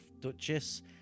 Duchess